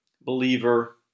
believer